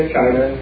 China